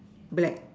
black